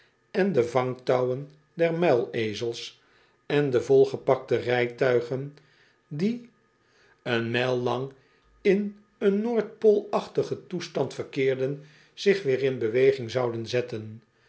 en de vangtouwon der muilezels en de volgepakte rijtuigen die een mijl lang in een noordpoolachtigen toestand verkeerden zich weer in beweging zouden zetten